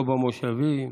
לא במושבים.